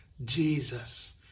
Jesus